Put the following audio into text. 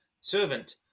servant